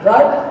Right